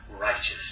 righteous